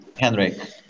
henrik